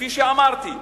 שכפי שאמרתי,